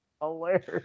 hilarious